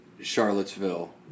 Charlottesville